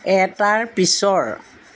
এটাৰ পিছৰ